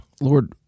Lord